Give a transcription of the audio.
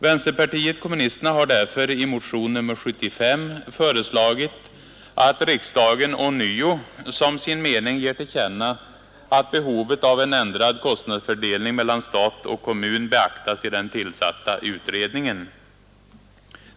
Vänsterpartiet kommunisterna har därför i motion nr 75 föreslagit att riksdagen ånyo som sin mening ger till känna att behovet av en ändrad kostnadsfördelning mellan stat och kommun beaktas i den tillsatta utredningen.